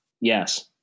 Yes